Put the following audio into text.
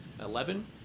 Eleven